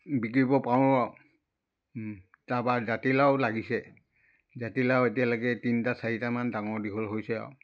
বিকিব পাৰোঁ আৰু তাপা জাতিলাও লাগিছে জাতিলাও এতিয়ালৈকে তিনিটা চাৰিটামান ডাঙৰ দীঘল হৈছে আৰু